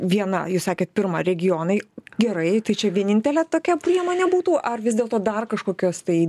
viena jūs sakėt pirma regionai gerai tai čia vienintelė tokia priemonė būtų ar vis dėlto dar kažkokios tai